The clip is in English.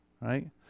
right